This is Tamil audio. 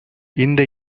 இந்த